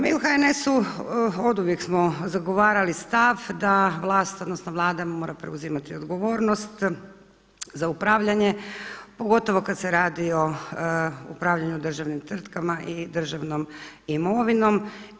Mi u HNS-u oduvijek smo zagovarali stav da vlast, odnosno Vlada mora preuzimati odgovornost za upravljanje pogotovo kada se radi o upravljanju državnim tvrtkama i državnom imovinom.